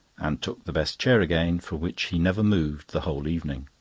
and took the best chair again, from which he never moved the whole evening.